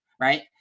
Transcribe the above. right